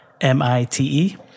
m-i-t-e